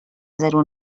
zero